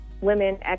women